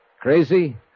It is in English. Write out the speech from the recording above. crazy